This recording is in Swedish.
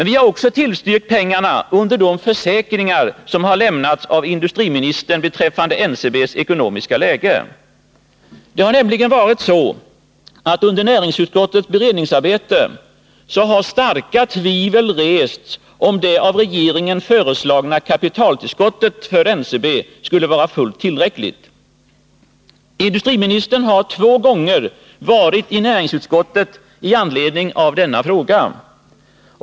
Vi har tillstyrkt detta också under de försäkringar som har lämnats av industriministern beträffande NCB:s ekonomiska läge. Det har nämligen varit så att under näringsutskottets beredningsarbete starka tvivel har rests, om det av regeringen föreslagna kapitaltillskottet för NCB skulle vara fullt tillräckligt. Industriministern har två gånger varit i näringsutskottet med anledning av denna fråga.